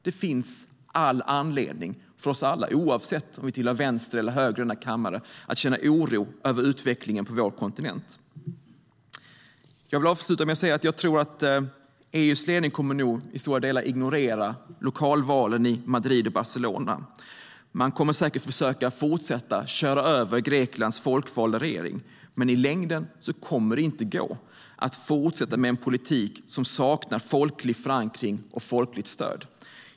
Det finns all anledning för oss alla, oavsett om vi tillhör vänstern eller högern i denna kammare, att känna oro över utvecklingen på vår kontinent. Jag tror att EU:s ledning i stora delar kommer att ignorera lokalvalen i Madrid och Barcelona. Man kommer säkert att försöka fortsätta köra över Greklands folkvalda regering, men i längden kommer det inte att gå att fortsätta med en politik som saknar folklig förankring och folkligt stöd.